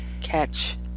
catch